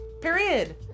period